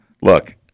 Look